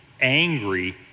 angry